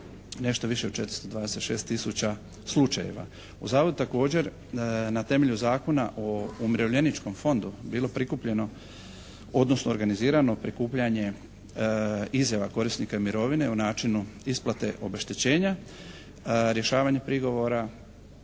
nešto više od 426 tisuća slučajeva. U Zavodu također na temelju Zakona o umirovljeničkom fondu bilo prikupljeno odnosno organizirano prikupljanje izjava korisnika mirovine o načinu isplate obeštećenja, rješavanje prigovora